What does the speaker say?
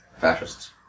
fascists